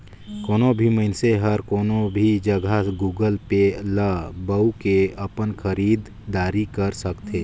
कोनो भी मइनसे हर कोनो भी जघा गुगल पे ल बउ के अपन खरीद दारी कर सकथे